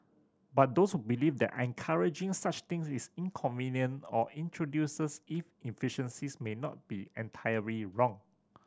but those who believe that encouraging such things is inconvenient or introduces inefficiencies may not be entirely wrong